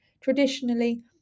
Traditionally